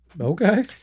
okay